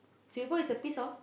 sable is a piece of